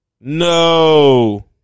No